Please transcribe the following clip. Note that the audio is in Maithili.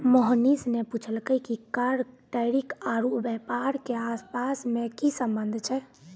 मोहनीश ने पूछलकै कि कर टैरिफ आरू व्यापार के आपस मे की संबंध छै